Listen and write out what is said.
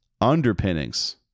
underpinnings